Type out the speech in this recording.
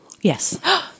Yes